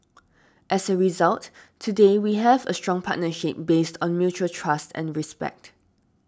as a result today we have a strong partnership based on mutual trust and respect